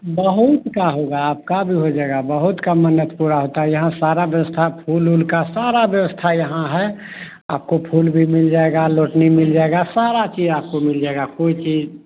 बहुत का हुआ आपका भी हो जाएगा बहुत का मन्नत पूरा होता है यहाँ सारा व्यवस्था फूल ऊल का सारा व्यवस्था यहाँ है आपको फूल भी मिल जाएगा लोटनी मिल जाएगा सारा चीज आपको मिल जाएगा कोई चीज